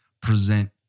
present